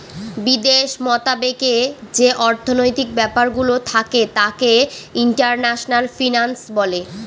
বিদেশ মতাবেকে যে অর্থনৈতিক ব্যাপারগুলো থাকে তাকে ইন্টারন্যাশনাল ফিন্যান্স বলে